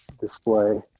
display